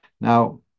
Now